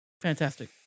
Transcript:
fantastic